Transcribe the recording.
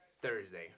thursday